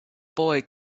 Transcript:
boy